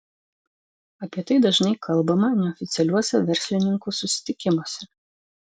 apie tai dažnai kalbama neoficialiuose verslininkų susitikimuose